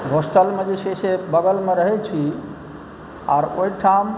हॉस्टलमे जे छै से बगलमे रहै छी आर ओहिठाम